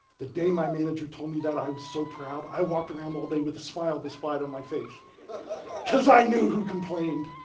the day my manager told me that i was so proud. i walked around all day with a smile this wide on my face because i knew who complained.